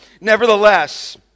nevertheless